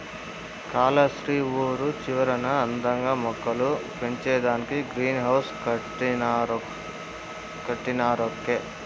కాలస్త్రి ఊరి చివరన అందంగా మొక్కలు పెంచేదానికే గ్రీన్ హౌస్ కట్టినారక్కో